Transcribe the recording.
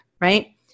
right